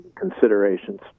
considerations